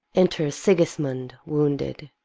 enter sigismund wounded.